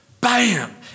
bam